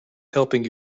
helping